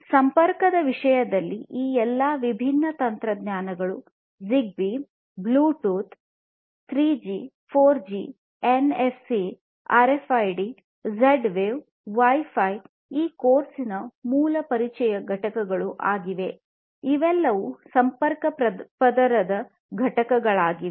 ಮತ್ತು ಸಂಪರ್ಕದ ವಿಷಯದಲ್ಲಿ ಈ ಎಲ್ಲಾ ವಿಭಿನ್ನ ತಂತ್ರಜ್ಞಾನಗಳು ಜಿಗ್ಗಬಿ ಬ್ಲೂಟೂತ್ 3ಜಿ 4ಜಿ NFC RFID Z wave wifi ಈ ಕೋರ್ಸ್ ನ ಮೂಲ ಪರಿಚಯ ಘಟಕಗಳು ಆಗಿವೆ ಇವೆಲ್ಲವೂ ಸಂಪರ್ಕ ಪದರದ ಘಟಕಗಳಾಗಿವೆ